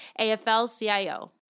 AFL-CIO